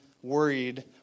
Worried